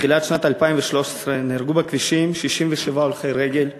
מתחילת שנת 2013 נהרגו בכבישים 67 הולכי רגל,